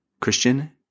Christian